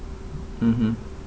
mmhmm